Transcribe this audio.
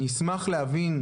אשמח להבין,